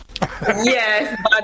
Yes